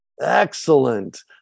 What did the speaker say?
Excellent